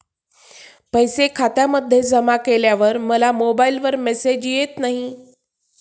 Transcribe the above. पैसे खात्यामध्ये जमा केल्यावर मला मोबाइलवर मेसेज येत नाही?